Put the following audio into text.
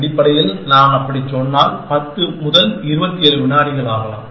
அடிப்படையில் நான் அப்படிச் சொன்னால் 10 முதல் 27 வினாடிகள் ஆகலாம்